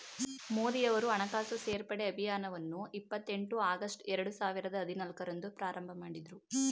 ಮೋದಿಯವರು ಹಣಕಾಸು ಸೇರ್ಪಡೆ ಅಭಿಯಾನವನ್ನು ಇಪ್ಪತ್ ಎಂಟು ಆಗಸ್ಟ್ ಎರಡು ಸಾವಿರದ ಹದಿನಾಲ್ಕು ರಂದು ಪ್ರಾರಂಭಮಾಡಿದ್ರು